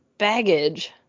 Baggage